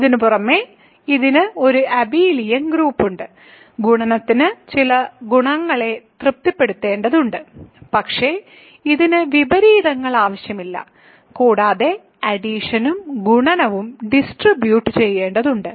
ഇതിനുപുറമെ ഇതിന് ഒരു അബെലിയൻ ഗ്രൂപ്പുണ്ട് ഗുണനത്തിന് ചില ഗുണങ്ങളെ തൃപ്തിപ്പെടുത്തേണ്ടതുണ്ട് പക്ഷേ ഇതിന് വിപരീതങ്ങൾ ആവശ്യമില്ല കൂടാതെ അഡിഷനും ഗുണനവും ഡിസ്ട്രിബ്യൂട്ട് ചെയ്യേണ്ടതുണ്ട്